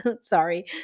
sorry